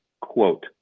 quote